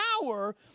power